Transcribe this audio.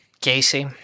Casey